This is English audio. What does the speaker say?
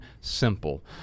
simple